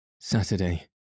Saturday